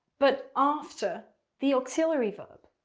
but after the auxiliary verb,